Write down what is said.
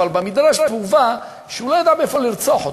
במדרש מובא שהוא לא ידע מאיפה לרצוח אותו.